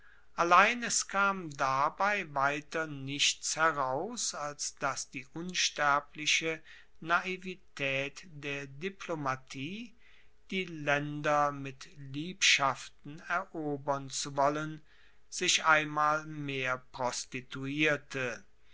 allein es kam dabei weiter nichts heraus als dass die unsterbliche naivitaet der diplomatie die laender mit liebschaften erobern zu wollen sich einmal mehr prostituierte